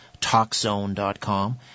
TalkZone.com